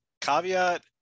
Caveat